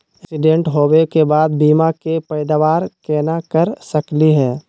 Accident होवे के बाद बीमा के पैदावार केना कर सकली हे?